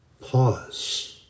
pause